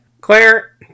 claire